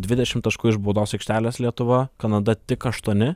dvidešimt taškų iš baudos aikštelės lietuva kanada tik aštuoni